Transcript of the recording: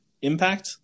Impact